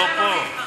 יחד אבל בחוץ, לא פה.